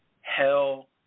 hell